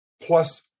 plus